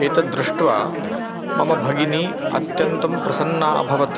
एतद् दृष्ट्वा मम भगिनी अत्यन्तं प्रसन्ना अभवत्